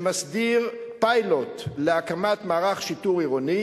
שמסדיר פיילוט להקמת מערך שיטור עירוני.